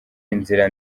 inzira